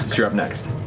you're up next.